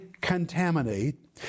contaminate